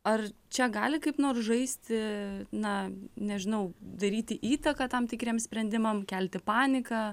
ar čia gali kaip nors žaisti na nežinau daryti įtaką tam tikriem sprendimam kelti paniką